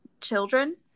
children